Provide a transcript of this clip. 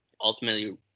ultimately